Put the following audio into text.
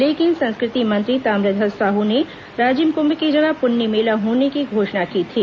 लेकिन संस्कृति मंत्री ताम्रध्यज साहू ने राजिम कुंभ की जगह पुन्नी मेला होने की घोषणा की थी